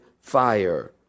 fire